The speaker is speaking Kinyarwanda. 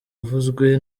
avuzwe